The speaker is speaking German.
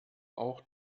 auch